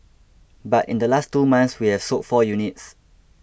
but in the last two months we have sold four units